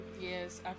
Yes